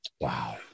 Wow